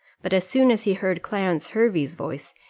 but as soon as he heard clarence hervey's voice,